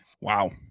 Wow